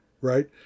right